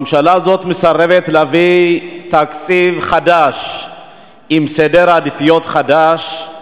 הממשלה הזאת מסרבת להביא תקציב חדש עם סדר עדיפויות חדש.